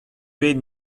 bet